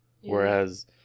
whereas